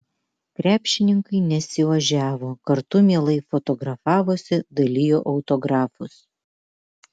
krepšininkai nesiožiavo kartu mielai fotografavosi dalijo autografus